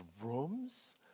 rooms